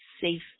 safe